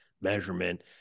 measurement